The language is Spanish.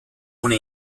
una